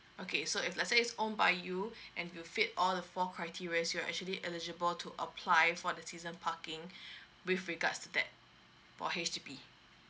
okay so if let's say it's owned by you and will fit all the four criterias you are actually eligible to apply for the season parking with regards to that for H_D_B